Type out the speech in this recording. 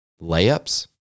layups